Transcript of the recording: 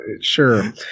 sure